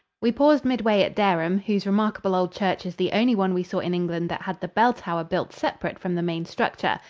we paused midway at dereham, whose remarkable old church is the only one we saw in england that had the bell-tower built separate from the main structure,